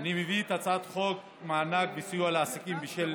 אני מביא את הצעת חוק מענק וסיוע לעסקים בשל